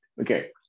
okay